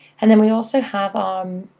and then we also have um